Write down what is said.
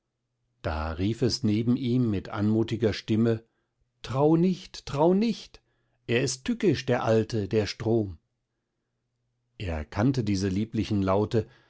da rief es neben ihm mit anmutiger stimme trau nicht trau nicht er ist tückisch der alte der strom er kannte diese lieblichen laute